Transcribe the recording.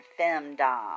Femdom